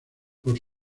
por